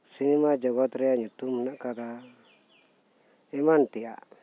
cinema ᱡᱚᱜᱚᱛ ᱨᱮᱭᱟᱜ ᱧᱩᱛᱩᱢ ᱦᱮᱱᱟᱜ ᱟᱠᱟᱫᱟ ᱮᱢᱟᱱ ᱛᱮᱭᱟᱜ